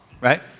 right